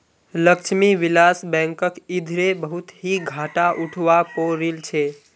लक्ष्मी विलास बैंकक इधरे बहुत ही घाटा उठवा पो रील छे